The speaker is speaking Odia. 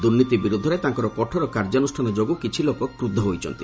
ଦୁର୍ନୀତି ବିରୁଦ୍ଧରେ ତାଙ୍କର କଠୋର କାର୍ଯ୍ୟାନୁଷ୍ଠାନ ଯୋଗୁଁ କିଚି ଲୋକ କ୍ରୋଧ ହୋଇଛନ୍ତି